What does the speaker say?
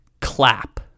Clap